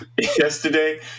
yesterday